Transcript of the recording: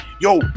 Yo